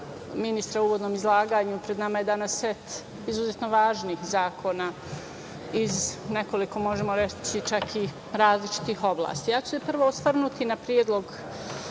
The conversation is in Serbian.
ministra u uvodnom izlaganju, pred nama je danas set izuzetno važnih zakona iz nekoliko, možemo reći čak i različitih oblasti. Ja ću se prvo osvrnuti na Predlog